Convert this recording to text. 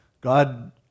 God